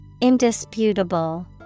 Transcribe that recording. Indisputable